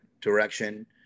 direction